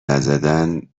نزدن